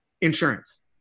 insurance